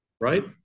Right